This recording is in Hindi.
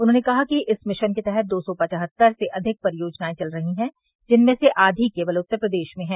उन्होंने कहा कि इस मिशन के तहत दो सौ पवहत्तर से अधिक परियोजनाएं चल रही है जिनमें से आधी केवल उत्तर प्रदेश में है